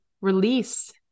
release